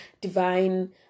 divine